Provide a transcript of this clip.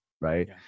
Right